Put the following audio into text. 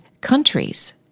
countries